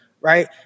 right